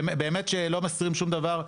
באמת שלא מסתירים שום דבר.